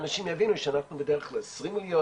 ואנשים יבינו שאנחנו בדרך לעשרים מיליון